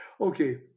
Okay